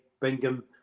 Bingham